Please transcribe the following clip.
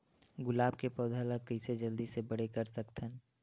गुलाब के पौधा ल कइसे जल्दी से बड़े कर सकथन?